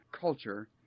culture